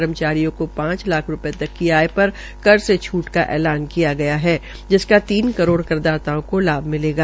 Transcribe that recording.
कर्मचारियों को पांच लाख रूपये तक की आय पर कर से छूट का ऐलान किया गया है जिसका तीन करोड़ करदाताओं को लाभ होगा